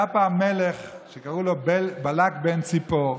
היה פעם מלך שקראו לו בלק בן ציפור,